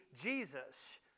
Jesus